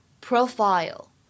profile